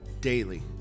daily